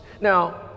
Now